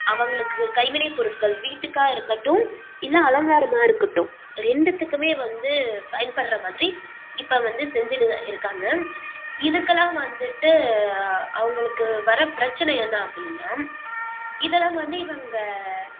அவர்களுக்கு கைவினைப் பொருட்கள் வீட்டுக்காக இருக்கட்டும் இல்லை அலங்காரமாக இருக்கட்டும் ரெண்டுத்துக்குமே வந்து பயன்படுகிற மாதிரி இப்போ வந்து செஞ்சுட்டு தான் இருக்காங்க இதுக்கெல்லாம் வந்துட்டு அவங்களுக்கு வர பிரச்சினை என்ன அப்படின்னா இதெல்லாம் வந்து இவங்கள்